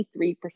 23%